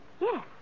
Yes